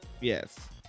Yes